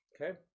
Okay